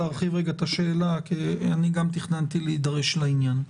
אני רוצה להרחיב את השאלה כי אני גם תכננתי להידרש לעניין.